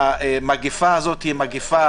וחוזרים ואומרים, שהמגפה הזאת היא מגפה